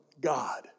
God